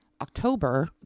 October